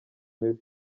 mibi